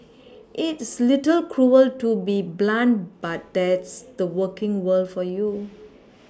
it's little cruel to be blunt but that's the working world for you